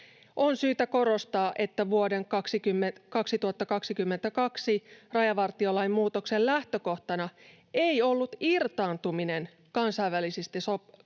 On syytä korostaa, että vuoden 2022 rajavartiolain muutoksen lähtökohtana ei ollut irtaantuminen kansainvälisistä sopimuksista,